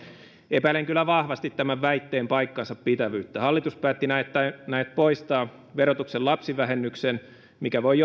epäilen kyllä vahvasti tämän väitteen paikkansapitävyyttä hallitus päätti näet poistaa verotuksen lapsivähennyksen mikä voi